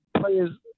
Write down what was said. players